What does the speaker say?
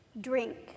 Drink